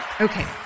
Okay